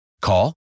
Call